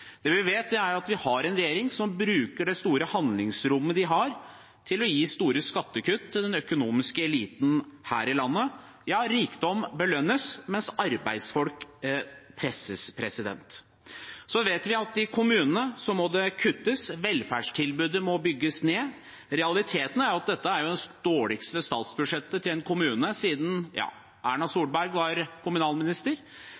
Det vi vet, er at vi har en regjering som bruker det store handlingsrommet de har, til å gi store skattekutt til den økonomiske eliten her i landet. Rikdom belønnes, mens arbeidsfolk presses. Så vet vi at det må kuttes i kommunene, at velferdstilbudet må bygges ned. Realiteten er jo at dette er det dårligste statsbudsjettet for kommunene siden Erna Solberg var kommunalminister. Vi ser at samtidig som Arbeiderpartiet vil styrke kommunene, er det store prosjektet til